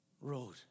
road